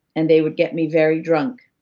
and they would get me very drunk.